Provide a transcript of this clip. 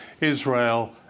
Israel